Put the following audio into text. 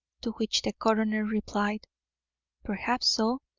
to which the coroner replied perhaps so,